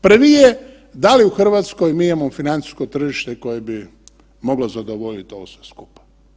Prvi je da li u RH mi imamo financijsko tržište koje bi moglo zadovoljit ovo sve skupa?